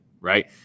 right